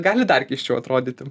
gali dar keisčiau atrodyti